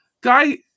Guy